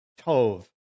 Tov